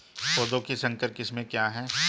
पौधों की संकर किस्में क्या हैं?